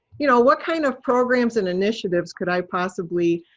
you know what kind of programs and initiatives could i possibly